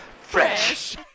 Fresh